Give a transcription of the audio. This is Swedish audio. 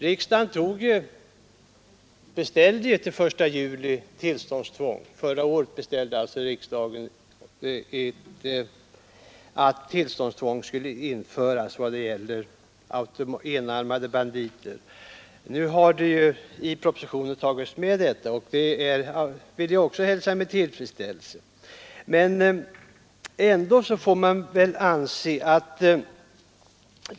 Riksdagen gjorde som bekant förra året en beställning om att tillståndstvång skulle införas för enarmade banditer, och den saken har nu tagits med i propositionen. Detta är glädjande.